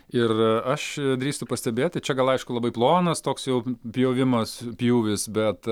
ir aš drįstu pastebėti čia gana aišku labai plonas toks jau pjovimas pjūvis bet